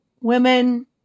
women